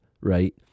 right